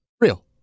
real